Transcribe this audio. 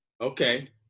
Okay